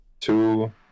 Two